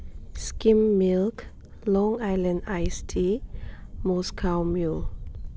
skim milk low island ice tea Moscow mayo